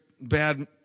bad